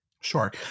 Sure